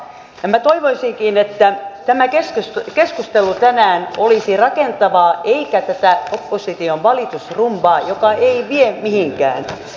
minä toivoisinkin että keskustelu tänään olisi rakentavaa eikä tätä opposition valitusrumbaa joka ei vie mihinkään